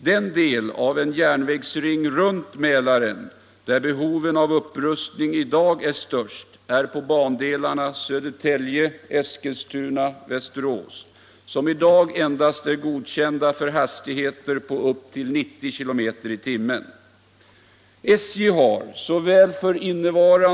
Den del av en järnvägsring runt Mälaren där behoven av upprustning i dag är störst är på bandelarna Södertälje-Eskilstuna Västerås, som i dag endast är godkända för hastigheter på upp till 90 km/tim.